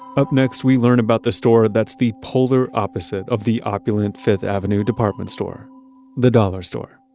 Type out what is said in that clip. up next we learn about the store that's the polar opposite of the opulent fifth avenue department store the dollar store.